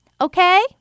Okay